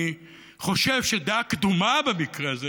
אני חושב שדעה קדומה במקרה הזה